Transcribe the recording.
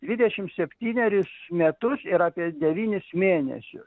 dvidešim septynerius metus ir apie devynis mėnesius